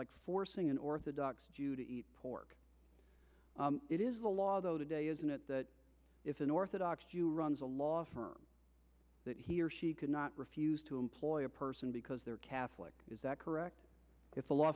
forcing an orthodox jew to eat pork it is the law though today isn't it that if an orthodox jew runs a law firm he or she could not refuse to employ a person because they're catholic is that correct it's a law